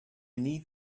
need